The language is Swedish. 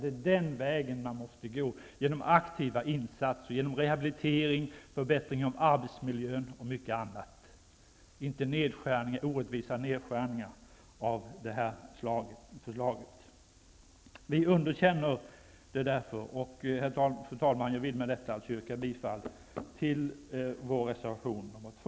Det är den vägen man måste gå -- aktiva insatser, rehabilitering, förbättring av arbetsmiljön och mycket annat -- inte göra orättvisa nedskärningar av det slag som regeringen nu föreslår. Vi underkänner därför dess förslag. Fru talman! Jag vill med detta yrka bifall till vår reservation 2.